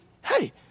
hey